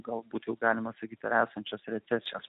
galbūt jau galima sakyti ir esančios recesijos